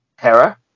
Hera